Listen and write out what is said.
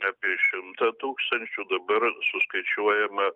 apie šimtą tūkstančių dabar suskaičiuojama